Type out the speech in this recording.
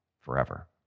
forever